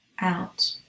Out